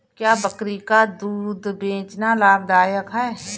क्या बकरी का दूध बेचना लाभदायक है?